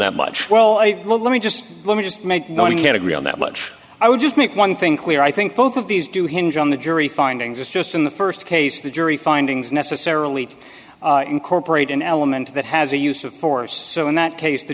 that much well i well let me just let me just make one can agree on that much i would just make one thing clear i think both of these do hinge on the jury findings just in the first case the jury findings necessarily incorporate an element that has a use of force so in that case the